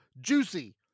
juicy